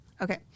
okay